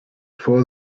for